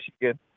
Michigan